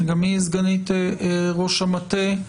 שגם היא סגנית ראש המטה,